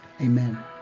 Amen